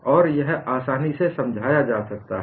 और यह आसानी से समझाया जा सकता है